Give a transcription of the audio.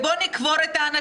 אז בוא נקבור את האנשים.